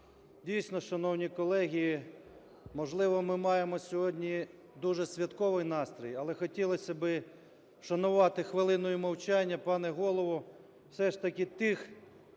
Дійсно, шановні колеги, можливо, ми маємо сьогодні дуже святковий настрій, але хотілося би вшанувати хвилиною мовчання, пане Голово, все ж таки тих